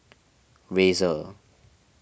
Razer